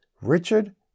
Richard